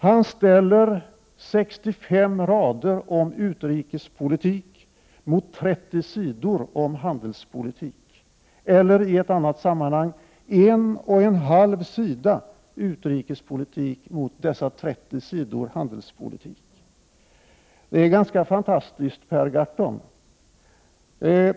Han ställer 65 rader om utrikespolitik mot 30 sidor om handelspolitik eller i ett annat sammanhang en och en halv sida utrikespolitik mot dessa 30 sidor handelspolitik. Det är ganska fantastiskt, Per Gahrton.